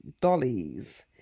dollies